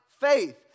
faith